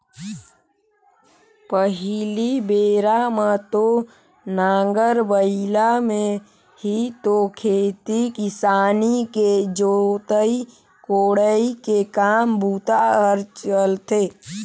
पहिली बेरा म तो नांगर बइला में ही तो खेती किसानी के जोतई कोड़ई के काम बूता हर चलथे